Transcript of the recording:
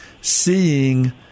seeing